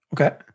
Okay